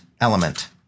element